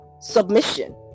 submission